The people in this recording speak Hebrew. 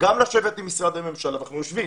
- גם לשבת עם משרדי ממשלה ואנחנו יושבים,